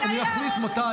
כן ולא, אני אחליט מתי.